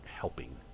helping